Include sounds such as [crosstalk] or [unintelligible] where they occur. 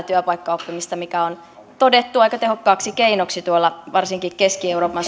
[unintelligible] työpaikkaoppimista mikä on todettu aika tehokkaaksi keinoksi varsinkin keski euroopan [unintelligible]